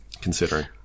considering